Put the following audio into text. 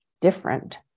different